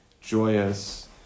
joyous